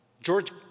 George